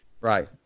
Right